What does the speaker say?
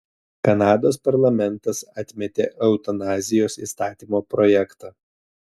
kanados parlamentas atmetė eutanazijos įstatymo projektą